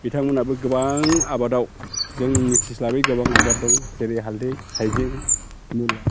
बिथांमोनहाबो गोबां आबादाव जों मिथिस्लाबै गोबां आबाद दं जेरै हालदै हायजें मुला